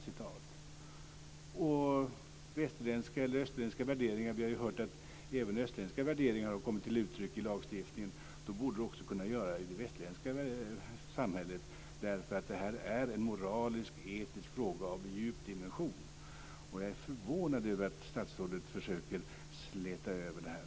Vad gäller västerländska eller österländska värderingar har vi ju hört att även österländska värderingar har kommit till uttryck i lagstiftningen; då borde också västerländska kunna göra det i samhället, därför att det här är en moralisketisk fråga av stor dimension, och jag är förvånad över att statsrådet försöker släta över det här.